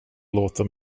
låta